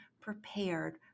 prepared